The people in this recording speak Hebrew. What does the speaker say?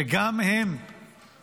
וגם הם חלק